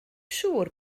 siŵr